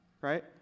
right